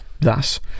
Thus